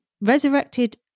resurrected